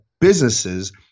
businesses